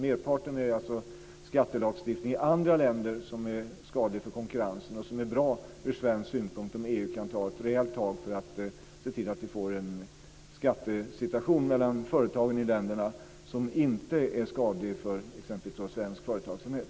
Merparten handlar alltså om skattelagstiftning i andra länder som är skadlig för konkurrensen, och det är bra ur svensk synpunkt om EU kan ta ett rejält tag för att se till att vi får en skattesituation mellan företagen i länderna som inte är skadlig för t.ex. svensk företagsamhet.